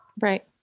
Right